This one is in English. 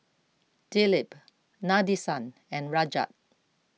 Dilip Nadesan and Rajat